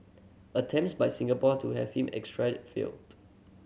attempts by Singapore to have him extra failed